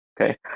Okay